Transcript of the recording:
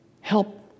help